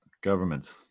Government